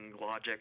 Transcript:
logic